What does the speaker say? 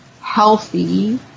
healthy